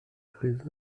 très